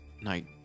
Night